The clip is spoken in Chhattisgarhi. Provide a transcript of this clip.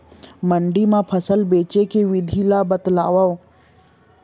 मंडी मा फसल बेचे के विधि ला बतावव?